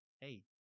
hey